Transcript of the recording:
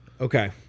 Okay